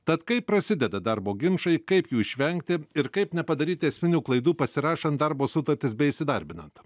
tad kaip prasideda darbo ginčai kaip jų išvengti ir kaip nepadaryti esminių klaidų pasirašant darbo sutartis bei įsidarbinant